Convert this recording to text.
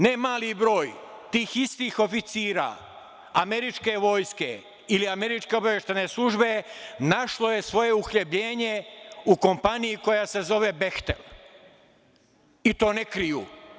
Ne mali broj tih istih oficira američke vojske ili američke obaveštajne službe našlo je svoje uhlebljenje u kompaniji koja se zove „Behtel“, i to ne kriju.